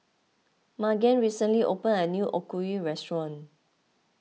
Magen recently opened a new Okayu restaurant